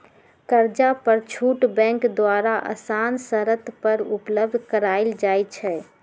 कर्जा पर छुट बैंक द्वारा असान शरत पर उपलब्ध करायल जाइ छइ